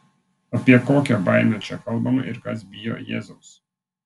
apie kokią baimę čia kalbama ir kas bijo jėzaus